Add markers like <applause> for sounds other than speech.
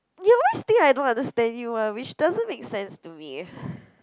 you always think I don't understand you [one] which doesn't make sense to me <breath>